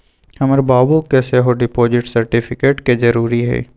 हमर बाबू के सेहो डिपॉजिट सर्टिफिकेट के जरूरी हइ